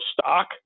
stock